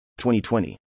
2020